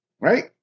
Right